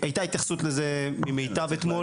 הייתה לזה התייחסות גם אתמול.